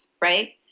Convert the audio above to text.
right